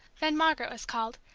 then margaret was called,